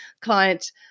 client